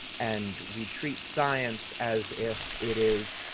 and we treat science as if it is